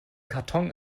karton